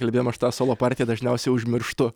kalbėjom aš tą solo partiją dažniausiai užmirštu